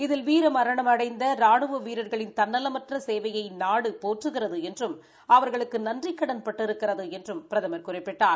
இதில் வீர மரணமடைந்த ரானுவ வீரர்களின் தன்னலமற்ற சேவையை நாடு போற்றுகிறது என்றும் அவர்களுக்கு நன்றிகடன் பட்டிருக்கிறது என்றும் பிரதமர் குறிப்பிட்டார்